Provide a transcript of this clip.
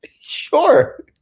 sure